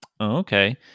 Okay